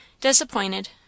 disappointed